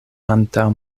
antaŭ